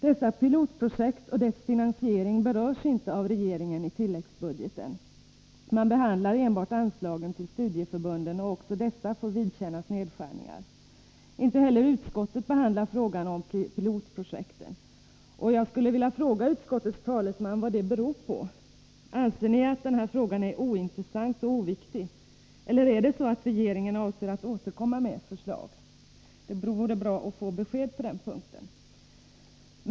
Dessa pilotprojekt och deras finansiering berörs inte av regeringen i tilläggsbudgeten. Man behandlar enbart anslagen till studieförbunden, och också dessa får vidkännas nedskärningar. Inte heller utskottet behandlar pilotprojekten. Jag skulle vilja fråga utskottets talesman vad detta beror på. Anser ni att denna fråga är ointressant och oviktig? Eller avser regeringen att återkomma med förslag? Det vore bra att få besked på den punkten.